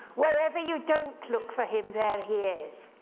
wherever you don't look for him, there he is.